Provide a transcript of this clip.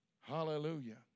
Hallelujah